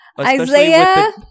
Isaiah